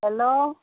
hello